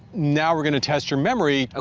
now we're gonna test your memory. ah